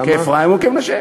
למה,